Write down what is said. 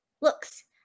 looks